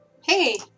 Hey